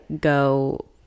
go